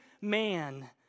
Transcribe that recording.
man